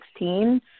2016